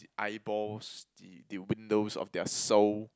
eyeballs the the windows of their soul